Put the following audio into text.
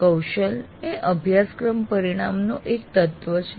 કૌશલ એ અભ્યાસક્રમ પરિણામનું એક તત્વ છે